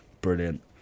Brilliant